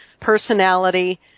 personality